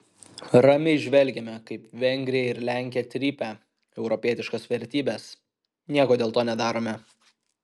ramiai žvelgiame kaip vengrija ir lenkija trypia europietiškas vertybes nieko dėl to nedarome